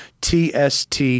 TST